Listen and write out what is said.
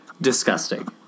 disgusting